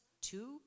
two